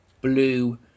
blue